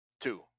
Two